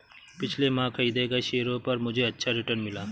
पिछले माह खरीदे गए शेयरों पर मुझे अच्छा रिटर्न मिला